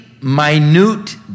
minute